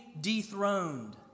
dethroned